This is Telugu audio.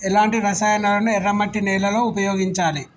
ఎలాంటి రసాయనాలను ఎర్ర మట్టి నేల లో ఉపయోగించాలి?